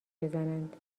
بزنند